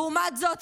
לעומת זאת,